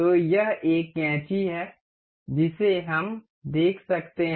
तो यह एक कैंची है जिसे हम देख सकते हैं